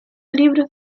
libros